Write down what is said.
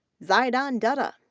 zidaan dutta,